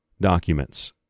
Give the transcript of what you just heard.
documents